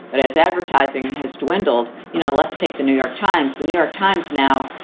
but as advertising has dwindled, you know, let's take the new york times, the new york times now,